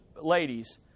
ladies